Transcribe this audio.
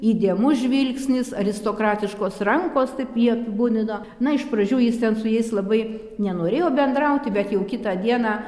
įdėmus žvilgsnis aristokratiškos rankos taip jie apibūdino na iš pradžių jis ten su jais labai nenorėjo bendrauti bet jau kitą dieną